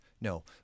No